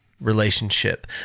relationship